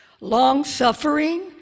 long-suffering